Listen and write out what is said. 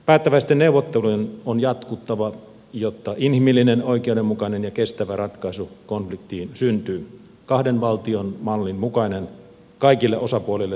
päättäväisten neuvottelujen on jatkuttava jotta inhimillinen oikeudenmukainen ja kestävä ratkaisu konfliktiin syntyy kahden valtion mallin mukainen kaikille osapuolille turvallinen ratkaisu